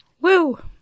Woo